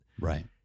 right